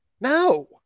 No